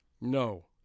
No